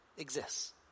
exists